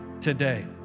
today